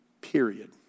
period